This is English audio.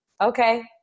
okay